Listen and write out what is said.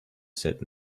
said